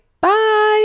Bye